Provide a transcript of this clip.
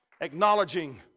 Acknowledging